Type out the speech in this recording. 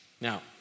Now